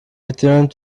returned